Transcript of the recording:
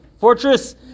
Fortress